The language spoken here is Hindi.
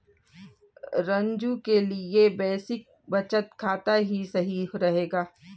रंजू के लिए बेसिक बचत खाता ही सही रहेगा